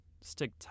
stick